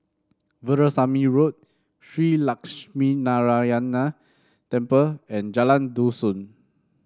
Veerasamy Road Shree Lakshminarayanan Temple and Jalan Dusun